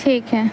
ٹھیک ہے